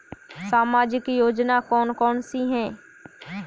सामाजिक योजना कौन कौन सी हैं?